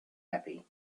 happy